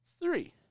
three